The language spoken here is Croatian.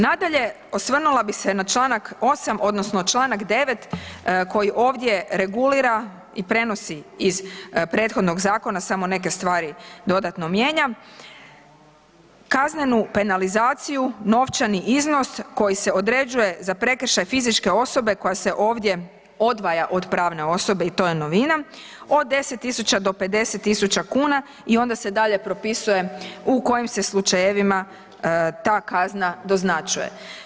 Nadalje, osvrnula bih se na čl. 8.odnosno čl. 9.koji ovdje regulira i prenosi iz prethodnog zakona samo neke stvari dodatno mijenja, kaznenu penalizaciju novčani iznos koji se određuje za prekršaj fizičke osobe koja se ovdje odvaja od pravne osobe i to je novina od 10.000 do 50.000 kuna i onda se dalje propisuje u kojim se slučajevima ta kazna doznačuje.